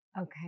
okay